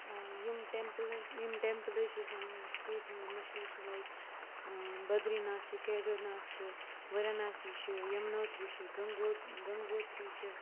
یِم ٹٮ۪مپٕلٕز یِم ٹٮ۪مپٕلٕز چھِ سانہِ سٹیٹِ منٛز یِم مشہوٗر چھِ لایِک بٔدری ناتھ چھِ کیدَر ناتھ چھِ وَراناسی چھِ یَمنوترٛی چھِ گَنٛگو گنٛگوترٛی چھِ